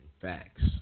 Facts